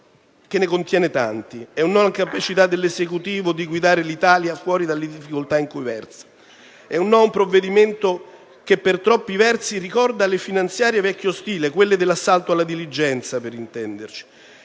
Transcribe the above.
che ne contiene tanti: è un no alla capacità dell'Esecutivo di guidare l'Italia fuori dalle difficoltà in cui versa. È un no a un provvedimento che, per troppi versi, ricorda le finanziarie vecchio stile, quelle dell'assalto alla diligenza. È un no